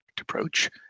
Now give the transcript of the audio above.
approach